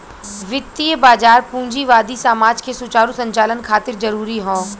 वित्तीय बाजार पूंजीवादी समाज के सुचारू संचालन खातिर जरूरी हौ